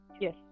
Yes